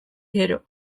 gero